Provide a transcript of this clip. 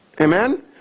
Amen